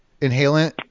inhalant